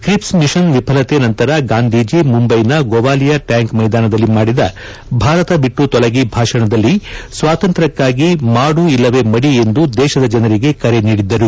Cripps mission ವಿಫಲತೆ ನಂತರ ಗಾಂಧೀಜಿ ಮುಂಬೈಯ ಗೊವಾಲಿಯಾ ಟ್ಯಾಂಕ್ ಮೈದಾನದಲ್ಲಿ ಮಾಡಿದ ಭಾರತ ಬಿಟ್ಟು ತೊಲಗಿ ಭಾಷಣದಲ್ಲಿ ಸ್ಲಾತಂತ್ರ ಕ್ಲಾಗಿ ಮಾಡು ಇಲ್ಲವೆ ಮಡಿ ಎಂದು ದೇಶದ ಜನರಿಗೆ ಕರೆ ನೀಡಿದ್ದರು